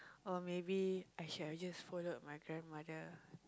or maybe I should have just followed my grandmother